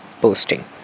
posting